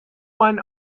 one